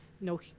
no